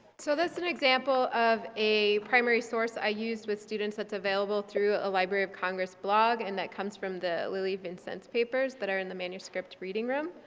so this and example of a primary source i used with students that's available through a library of congress blog and that comes from the lilli vincenz papers that are in the manuscript reading room.